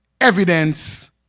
evidence